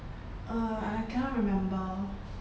err I cannot remember